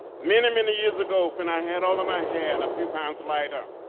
many, many years ago when i had all of my hand, a few pounds lighter,